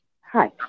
Hi